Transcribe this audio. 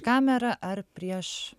kamerą ar prieš